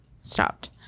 stopped